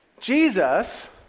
Jesus